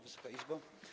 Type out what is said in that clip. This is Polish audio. Wysoka Izbo!